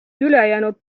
ülejäänud